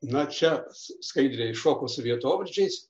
na čia s skaidrė iššoko su vietovardžiais